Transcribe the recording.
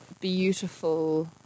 beautiful